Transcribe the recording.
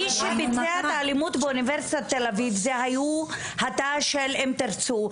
כי מי שביצע את האלימות באוניברסיטת תל אביב היו התא של "אם תרצו".